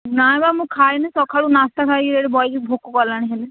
ନା ବା ମୁଁ ଖାଇନି ସକାଳୁ ନାସ୍ତା ଖାଇକି ଏଇଠି ବଇଚି ଭୋକ କଲାଣି ହେଲେ